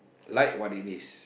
like what it is